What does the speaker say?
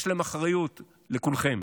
יש לכם אחריות, לכולכם.